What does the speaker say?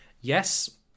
yes